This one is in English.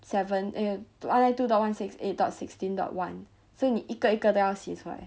seven and err one nine two dot one six eight dot sixteen dot one 所以你一个个都要写出来